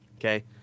Okay